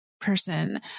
person